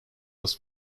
was